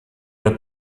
una